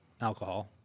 alcohol